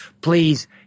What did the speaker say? please